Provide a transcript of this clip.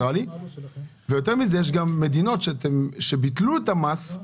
התשפ"ב-2021 (מס על משקאות ממותקים).